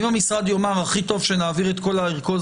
אם המשרד יאמר הכי טוב שנעביר את כל הערכות